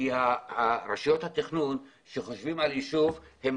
רשויות התכנון כשהן חושבות על יישוב הן